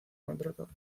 contratado